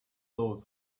glowed